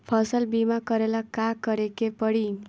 फसल बिमा करेला का करेके पारी?